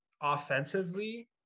Offensively